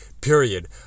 period